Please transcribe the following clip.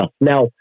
Now